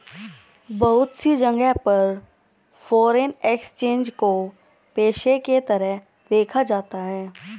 बहुत सी जगह पर फ़ोरेन एक्सचेंज को पेशे के तरह देखा जाता है